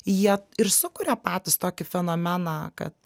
jie ir sukuria patys tokį fenomeną kad